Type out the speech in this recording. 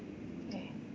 okay